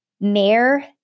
mayor